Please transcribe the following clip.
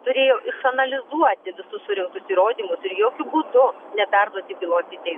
turėjo išanalizuoti visus surinktus įrodymus ir jokiu būdu neperduoti bylos į teismą